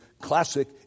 classic